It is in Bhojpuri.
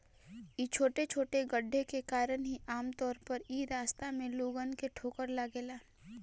इ छोटे छोटे गड्ढे के कारण ही आमतौर पर इ रास्ता में लोगन के ठोकर लागेला